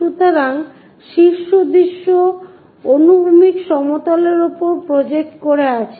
সুতরাং শীর্ষ দৃশ্য অনুভূমিক সমতলের উপর প্রজেক্ট করে আছে